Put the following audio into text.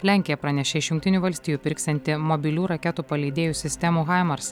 lenkija pranešė iš jungtinių valstijų pirksianti mobilių raketų paleidėjų sistemų haimars